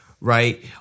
right